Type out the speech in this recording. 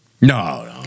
no